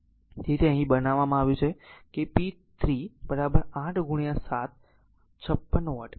તેથી તે અહીં બનાવવામાં આવ્યું છે કે p 3 8 7 56 વોટ